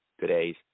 today's